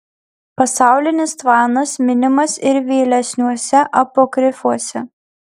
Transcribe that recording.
pasaulinis tvanas minimas ir vėlesniuose apokrifuose